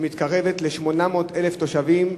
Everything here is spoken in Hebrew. שמתקרבת ל-800,000 תושבים,